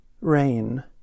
Rain